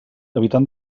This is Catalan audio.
habitant